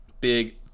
big